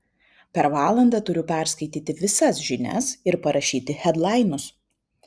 per valandą turiu perskaityti visas žinias ir parašyti hedlainus